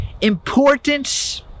importance